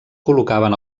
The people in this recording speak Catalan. col·locaven